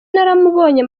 naramubonye